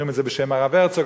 אומרים את זה בשם הרב הרצוג.